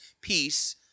peace